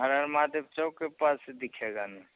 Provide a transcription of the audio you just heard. हर हर महादेव चौक के पास से दिखेगा ना